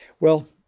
well,